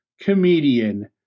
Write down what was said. comedian